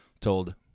told